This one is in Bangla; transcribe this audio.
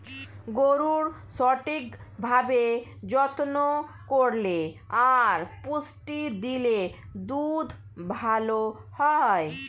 গরুর সঠিক ভাবে যত্ন করলে আর পুষ্টি দিলে দুধ ভালো হয়